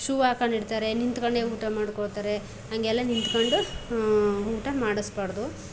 shoe ಹಾಕೊಂಡಿರ್ತಾರೆ ನಿಂತ್ಕೊಂಡೆ ಊಟ ಮಾಕೊಳ್ತಾರೆ ಹಾಗೆಲ್ಲ ನಿಂತ್ಕೊಂಡು ಊಟ ಮಾಡಿಸ್ಬಾರ್ದು